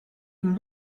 een